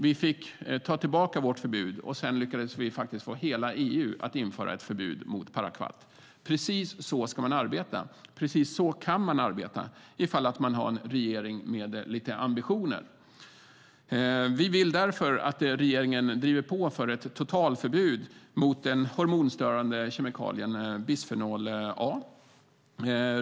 Vi kunde återinföra vårt förbud, och sedan lyckades vi få hela EU att införa ett förbud mot parakvat. Precis så ska vi arbeta. Precis så kan vi arbeta om vi har en regering med ambitioner. Vi vill därför att regeringen driver på för ett totalförbud mot den hormonstörande kemikalien bisfenol A.